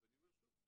ואני אומר שוב,